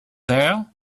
there